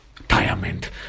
retirement